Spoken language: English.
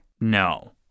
No